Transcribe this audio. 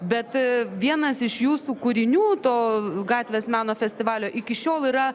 bet vienas iš jūsų kūrinių to gatvės meno festivalio iki šiol yra